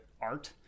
art